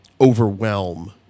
overwhelm